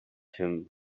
him